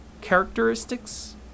characteristics